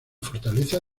fortaleza